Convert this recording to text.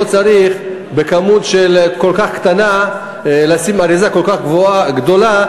לא צריך לכמות כל כך קטנה לשים אריזה כל כך גדולה.